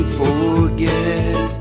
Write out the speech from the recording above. forget